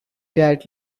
that